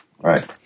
Right